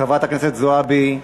חברת הכנסת זועבי.